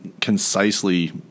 concisely